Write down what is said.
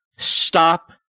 Stop